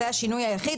זה השינוי היחיד,